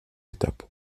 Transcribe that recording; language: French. étape